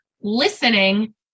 listening